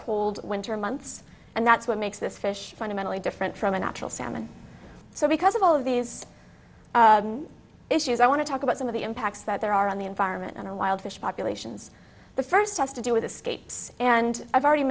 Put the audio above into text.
cold winter months and that's what makes this fish fundamentally different from a natural salmon so because of all of these issues i want to talk about some of the impacts that there are on the environment and wild fish populations the first has to do with escapes and i've already